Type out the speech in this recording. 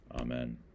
Amen